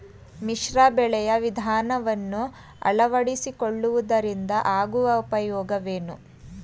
ಮಿಶ್ರ ಬೆಳೆಯ ವಿಧಾನವನ್ನು ಆಳವಡಿಸಿಕೊಳ್ಳುವುದರಿಂದ ಆಗುವ ಉಪಯೋಗವೇನು?